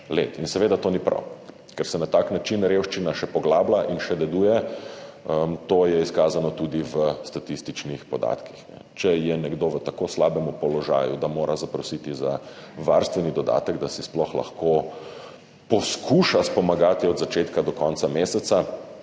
Seveda to ni prav, ker se na tak način revščina še poglablja in še deduje. To je izkazano tudi v statističnih podatkih. Če je nekdo v tako slabem položaju, da mora zaprositi za varstveni dodatek, da si sploh lahko poskuša pomagati od začetka do konca meseca,